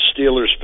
Steelers